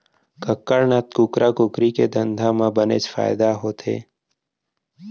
कड़कनाथ कुकरा कुकरी के धंधा म बनेच फायदा होथे